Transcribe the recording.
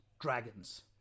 Dragons